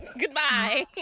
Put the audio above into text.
goodbye